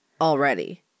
Already